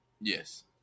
Yes